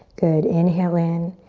good, inhale in.